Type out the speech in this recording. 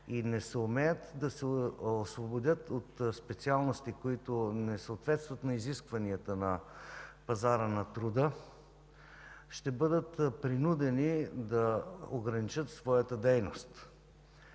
и не съумеят да се освободят от специалности, които не съответстват на изискванията на пазара на труда, ще бъдат принудени да ограничат своята дейност.